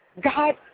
God